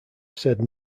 said